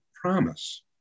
promise